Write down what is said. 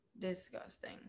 Disgusting